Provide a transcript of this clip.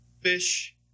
fish